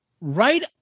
right